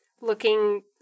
looking